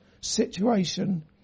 situation